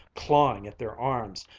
clawing at their arms,